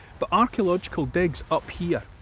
but archaeological digs up here,